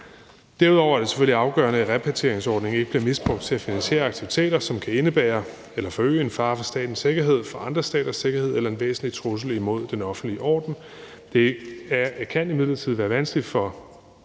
Derudover er det selvfølgelig afgørende, at repatrieringsordningen ikke bliver misbrugt til at finansiere aktiviteter, som kan indebære eller forøge en fare for statens sikkerhed, for andre staters sikkerhed eller være en væsentlig trussel imod den offentlige orden. Det kan imidlertid være vanskeligt for